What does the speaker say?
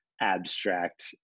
abstract